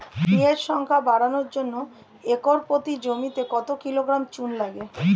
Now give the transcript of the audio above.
PH সংখ্যা বাড়ানোর জন্য একর প্রতি জমিতে কত কিলোগ্রাম চুন লাগে?